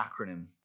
acronym